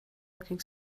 looking